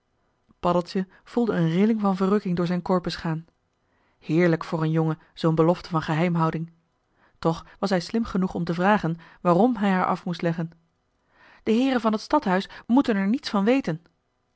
paddeltje voelde een rilling van verrukking door zijn korpus gaan heerlijk voor een jongen zoo'n belofte van geheimhouding toch was hij slim genoeg om te vragen waarom hij haar af moest leggen de heeren van het stadhuis moeten er niets van weten